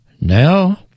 Now